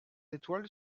étoile